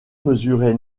mesurait